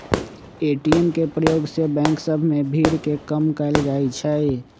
ATM के प्रयोग से बैंक सभ में भीड़ के कम कएल जाइ छै